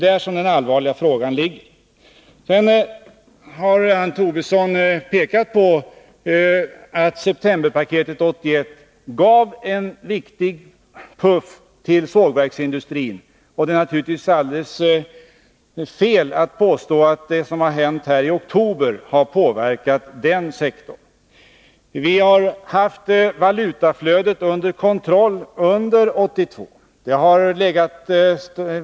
Lars Tobisson har pekat på att septemberpaketet 1981 gav en viktig puff till sågverksindustrin. Det är naturligtvis alldeles fel att påstå att det som har hänt i oktober i år har påverkat den sektorn. Vi har haft valutaflödet under kontroll under 1982.